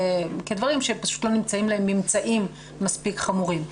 כדברים שפשוט לא נמצאים להם ממצאים מספיק חמורים.